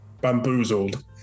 bamboozled